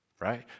right